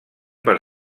per